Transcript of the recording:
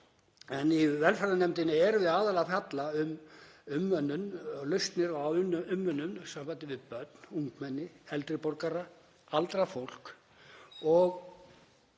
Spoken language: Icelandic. En í velferðarnefndinni erum við aðallega að fjalla um umönnun, lausnir á umönnun í sambandi við börn, ungmenni, eldri borgara og aldrað fólk.